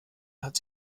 hat